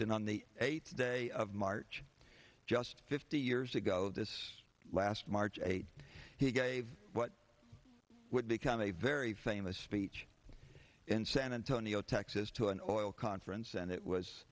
the eighth day of march just fifty years ago this last march eighth he gave what would become a very famous speech in san antonio texas to an oil conference and it was